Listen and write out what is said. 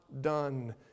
done